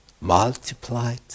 multiplied